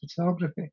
photography